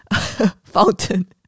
fountain